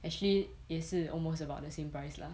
actually 也是 almost about the same price lah